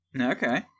Okay